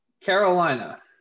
Carolina